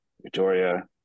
Victoria